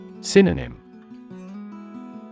Synonym